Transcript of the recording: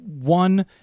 One